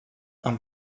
amb